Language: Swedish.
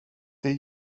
det